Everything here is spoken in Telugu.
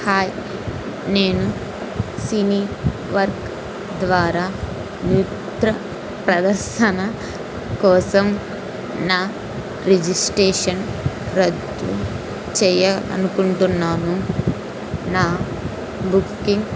హాయ్ నేను సినీ వర్క్ ద్వారా నృత్య ప్రదర్శన కోసం నా రిజిస్ట్రేషన్ రద్దు చేయాలి అనుకుంటున్నాను నా బుకింగ్